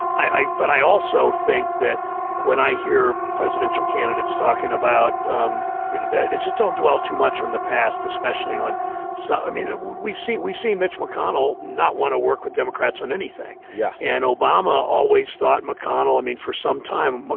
i but i also think that when i hear presidential candidates talking about um you know that, and just don't dwell too much on the past, especially on so something that we've seen. we've seen mitch mcconnell not want to work with democrats on anything. yeah. and obama always thought. mcconnell i mean, for some time,